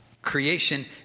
Creation